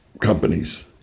companies